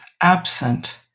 absent